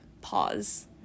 pause